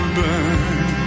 burn